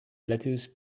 lettuce